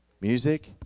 music